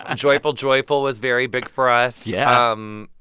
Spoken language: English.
ah joyful, joyful was very big for us yeah um